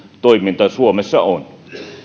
toimintaa suomessa on käydään